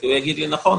כי הוא יגיד לי: נכון,